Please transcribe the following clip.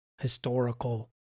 historical